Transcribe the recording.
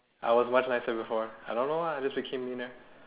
I was much nicer before I don't know lah I just became meaner